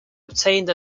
obtained